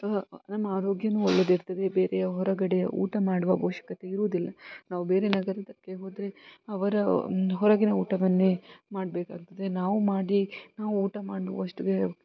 ನಮ್ಮ ಆರೋಗ್ಯನೂ ಒಳ್ಳೇದು ಇರ್ತದೆ ಬೇರೆಯ ಹೊರಗಡೆಯ ಊಟ ಮಾಡುವ ಅವಶ್ಕತೆ ಇರೋದಿಲ್ಲ ನಾವು ಬೇರೆ ನಗರಕ್ಕೆ ಹೋದರೆ ಅವರ ಹೊರಗಿನ ಊಟವನ್ನೇ ಮಾಡಬೇಕಾಗ್ತದೆ ನಾವು ಮಾಡಿ ನಾವು ಊಟ ಮಾಡುವಷ್ಟು